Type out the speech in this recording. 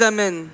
Amen